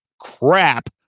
crap